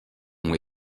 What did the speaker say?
ont